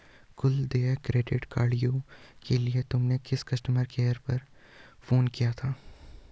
कुल देय credit card view के लिए तुमने किस कस्टमर केयर नंबर पर फोन किया था?